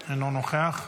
אינו נוכח,